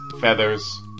feathers